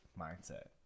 mindset